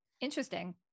Interesting